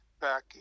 back